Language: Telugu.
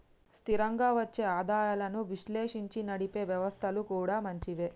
స్థిరంగా వచ్చే ఆదాయాలను విశ్లేషించి నడిపే వ్యవస్థలు కూడా మంచివే